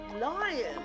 lion